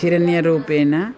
हिरण्यरूपेण